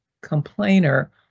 complainer